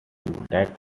that